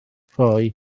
rhoi